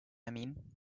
mean